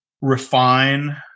refine